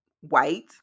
white